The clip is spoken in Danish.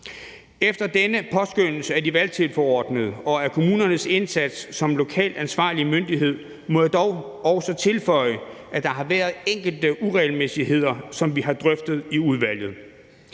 Efter denne påskønnelse af de valgtilforordnede og af kommunernes indsats som den lokalt ansvarlige myndighed må jeg dog også tilføje, at der har været enkelte uregelmæssigheder, som vi har drøftet i udvalget.